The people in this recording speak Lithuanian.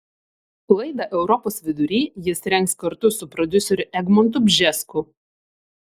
laidą europos vidury jis rengs kartu su prodiuseriu egmontu bžesku